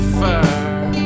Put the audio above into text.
fire